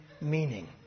meaning